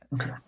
Okay